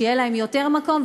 שיהיה להן יותר מקום,